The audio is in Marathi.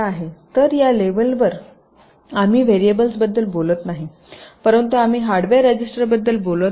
तर या लेवलवर आम्ही व्हेरिएबल्सबद्दल बोलत नाही परंतु आम्ही हार्डवेअर रजिस्टरविषयी बोलत आहोत